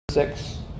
six